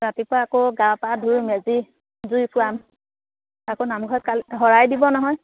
ৰাতিপুৱা আকৌ গা পা ধুই মেজি জুই ফুৱাম আকৌ নামঘৰত কাল শৰাই দিব নহয়